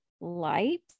light